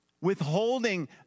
withholding